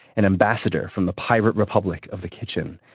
an ambassador from the pirate republic of the kitchen.